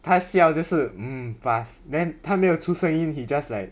他笑就是 mm pass then 他没有出声音 he just like